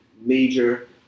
major